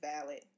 valid